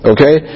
Okay